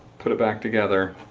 put it back together